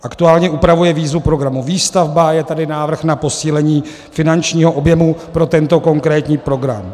Aktuálně upravuje výzvu programu Výstavba, je tady návrh na posílení finančního objemu pro tento konkrétní program.